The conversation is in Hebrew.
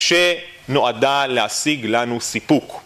שנועדה להשיג לנו סיפוק